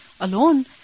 alone